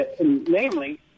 Namely